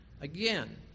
again